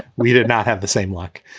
we did not have the same luck.